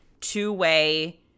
two-way